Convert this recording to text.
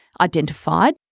identified